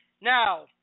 now